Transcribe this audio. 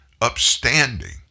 upstanding